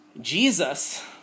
Jesus